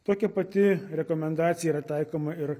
tokia pati rekomendacija yra taikoma ir